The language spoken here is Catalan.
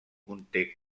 conté